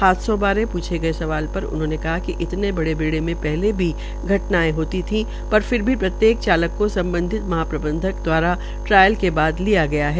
हादसों बारे प्रछे गये सवाल पर उन्होंने कहा कि इतने बड़े बेड़े में पहले ही घटनायें होती थी पर फिर भी प्रत्येक चालक को सम्बधित महाप्रबंधक द्वारा ट्रायल के बाद लिया गया है